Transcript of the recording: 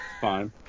Fine